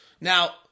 Now